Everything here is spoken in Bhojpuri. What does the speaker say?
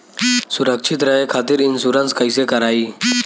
सुरक्षित रहे खातीर इन्शुरन्स कईसे करायी?